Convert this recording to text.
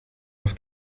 auf